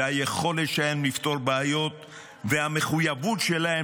היכולת שלהם לפתור בעיות והמחויבות שלהם